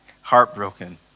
heartbroken